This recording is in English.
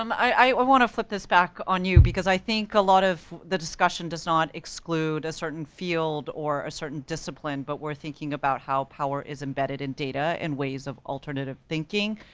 um i wanna flip this back on you because i think a lot of the discussion does not exclude a certain field or a certain discipline, but we're thinking about how power is embedded in data, in ways of alternative thinking.